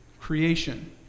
creation